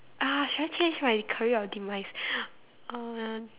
!ah! should I change my career or demise uh